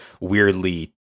weirdly